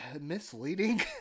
Misleading